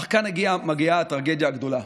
אך כאן מגיעה הטרגדיה הגדולה.